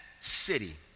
city